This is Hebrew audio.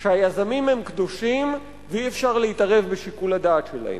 שהיזמים הם קדושים ואי-אפשר להתערב בשיקול הדעת שלהם.